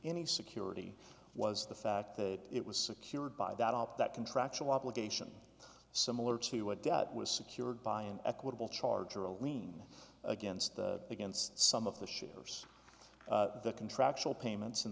any security was the fact that it was secured by that up that contractual obligation similar to a debt was secured by an equitable charge or a lien against against some of the ships the contractual payments